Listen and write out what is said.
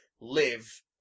live